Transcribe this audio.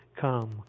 come